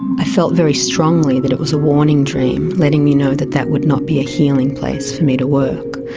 i felt very strongly that it was a warning dream, letting me know that that would not be a healing place for me to work.